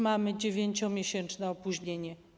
Mamy już dziewięciomiesięczne opóźnienie.